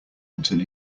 until